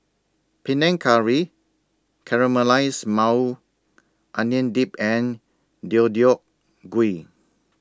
Panang Curry Caramelized Maui Onion Dip and Deodeok Gui